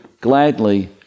gladly